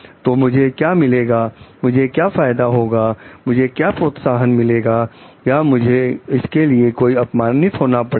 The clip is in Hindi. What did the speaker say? तो मुझे क्या मिलेगा मुझे क्या फायदा होगा मुझे क्या प्रोत्साहन मिलेगा क्या मुझे इसके लिए अपमानित होना पड़ेगा